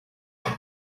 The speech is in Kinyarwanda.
umwe